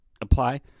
apply